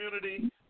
community